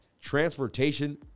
Transportation